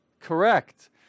Correct